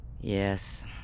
Yes